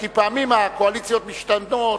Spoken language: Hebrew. כי פעמים הקואליציות משתנות,